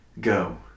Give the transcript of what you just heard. go